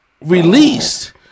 released